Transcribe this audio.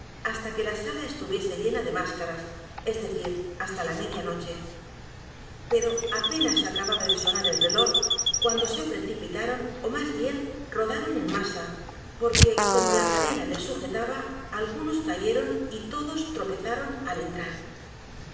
hasta que la sala estuviese llena de máscaras es decir hasta la m e d i a noche pero apenas acababa de sonar el reloj cuando s e precipitaron ó más bien rodaron en hop fr masa porque como la cadena les sujetaba algunos cayeron y todos tropezaron al entrar